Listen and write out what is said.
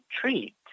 treat